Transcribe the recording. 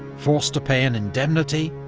forced to pay an indemnity,